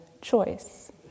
choice